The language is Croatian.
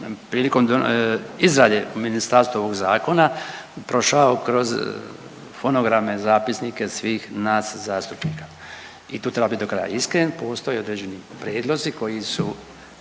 prilikom izrade u ministarstvu ovog zakona prošao kroz fonograme, zapisnike svih nas zastupnika i tu treba do kraja biti iskren, postoji određeni prijedlozi koji su